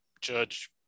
judge